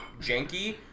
janky